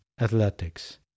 Athletics